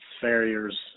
farriers